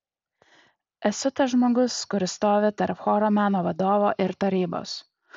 esu tas žmogus kuris stovi tarp choro meno vadovo ir tarybos